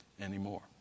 anymore